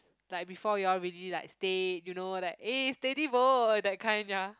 like before you all really like stay you know like eh steady bo that kind ya